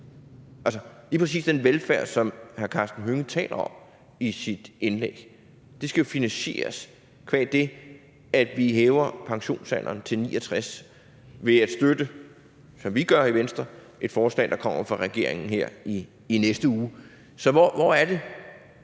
lige præcis den velfærd, som hr. Karsten Hønge taler om i sit indlæg; den skal jo finansieres qua det, at vi hæver pensionsalderen til 69 år ved at støtte, som vi gør i Venstre, et forslag, der kommer fra regeringen her i næste uge. Så hvad er det